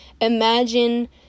imagine